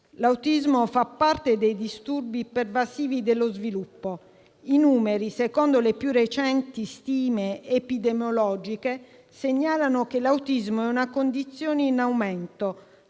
L'autismo fa parte dei disturbi pervasivi dello sviluppo. I numeri, secondo le più recenti stime epidemiologiche, segnalano che l'autismo è una condizione in aumento